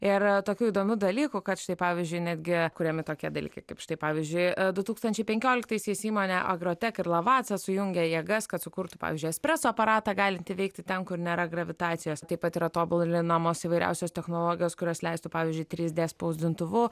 ir tokių įdomių dalykų kad štai pavyzdžiui netgi kuriami tokie dalykai kaip štai pavyzdžiui du tūkstančiai penkioliktaisiais įmonė agrotec ir lavaza sujungė jėgas kad sukurtų pavyzdžiui espreso aparatą galintį veikti ten kur nėra gravitacijos taip pat yra tobulinamos įvairiausios technologijos kurios leistų pavyzdžiui trys dė spausdintuvu